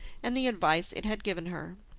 and the advice it had given her.